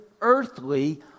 earthly